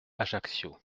ajaccio